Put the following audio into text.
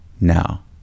now